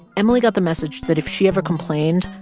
emily got the message that if she ever complained,